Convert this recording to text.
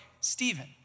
Stephen